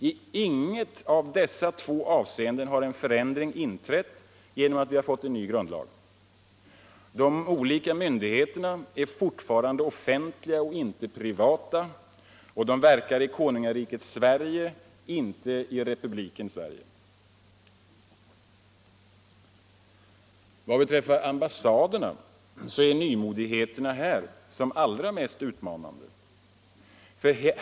I inget av dessa två avseenden har en förändring inträtt genom att vi har fått en ny grundlag. De olika myndigheterna är fortfarande offentliga och inte privata och de verkar i konungariket Sverige, inte i republiken Sverige. Vad beträffar ambassaderna är nymodigheterna som allra mest utmanande.